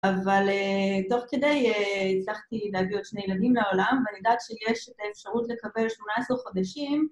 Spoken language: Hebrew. אבל תוך כדי הצלחתי להביא עוד שני ילדים לעולם ואני יודעת שיש את האפשרות לקבל 18 חודשים